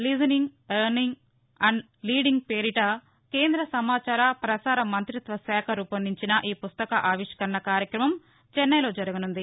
listening learning and leading పేరిట కేంద్ర సమాచార పసార మంతిత్వ శాఖ రూపొందించిన ఈ పుస్తక ఆవిష్కరణ కార్యక్రమం చెన్నైలో జరగనుంది